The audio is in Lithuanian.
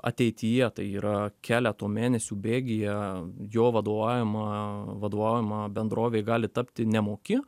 ateityje tai yra keleto mėnesių bėgyje jo vaduojama vaduojama bendrovė gali tapti nemoki